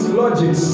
logic